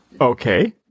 Okay